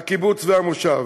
הקיבוץ והמושב.